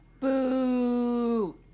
Boo